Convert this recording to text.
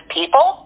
people